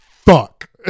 fuck